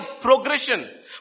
progression